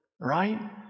right